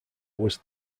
was